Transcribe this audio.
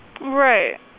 Right